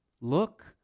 look